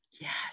Yes